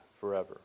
forever